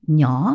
nhỏ